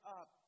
up